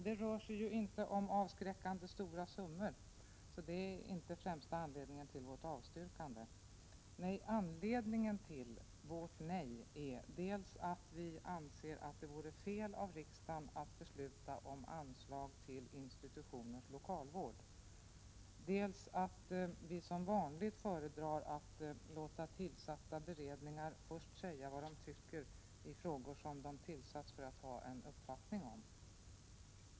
Det rör sig alltså inte om avskräckande stora summor. Detta är därför inte främsta anledningen till vårt avslagsyrkande. Anledningen till vårt nej är dels att vi anser att det vore fel av riksdagen att besluta om anslag till institutioners lokalvård, dels att vi som vanligt föredrar att låta tillsatta beredningar först säga vad de tycker i frågor som de har 177 tillsatts för att ha en uppfattning om.